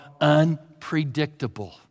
unpredictable